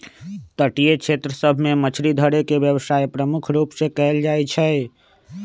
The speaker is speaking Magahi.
तटीय क्षेत्र सभ में मछरी धरे के व्यवसाय प्रमुख रूप से कएल जाइ छइ